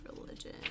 religion